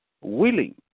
willing